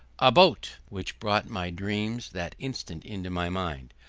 a boat! which brought my dream that instant into my mind.